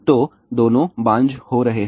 तो दोनों बांझ हो रहे हैं